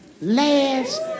last